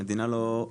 המדינה לא.